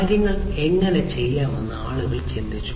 കാര്യങ്ങൾ എങ്ങനെ ചെയ്യാമെന്ന് ആളുകൾ ചിന്തിച്ചു